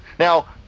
Now